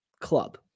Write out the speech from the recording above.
club